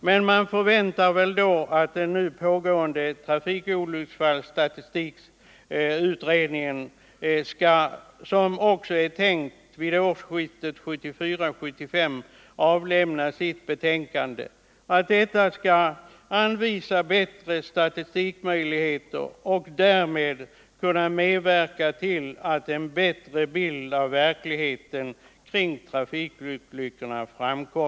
Den nu pågående trafikolycksfallsstatistikutredningen beräknar avlämna sitt betänkande vid årsskiftet 1974-1975, och man förväntar att den skall anvisa bättre statistikmöjligheter och därmed kunna medverka till att vi får en bättre bild av verkligheten kring trafikolyckorna.